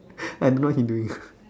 I don't know what he doing